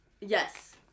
Yes